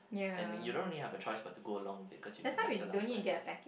and you don't really have a choice but to go along with it because you invest a lot of money in it